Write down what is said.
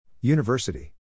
University